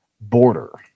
border